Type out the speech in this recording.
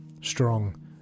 Strong